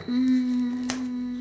um